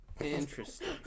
Interesting